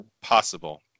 possible